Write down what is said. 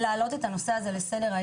צריך להעלות את הנושא הזה לסדר-היום,